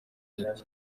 leta